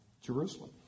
Jerusalem